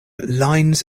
lines